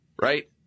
Right